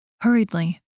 Hurriedly